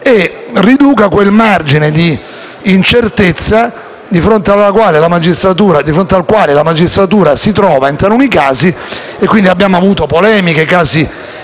e riduca quel margine di incertezza di fronte al quale la magistratura si trova in taluni casi. Quindi abbiamo avuto polemiche e casi